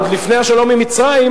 עוד לפני השלום עם מצרים,